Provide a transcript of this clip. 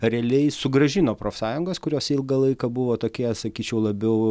realiai sugrąžino profsąjungas kurios ilgą laiką buvo tokie sakyčiau labiau